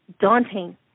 daunting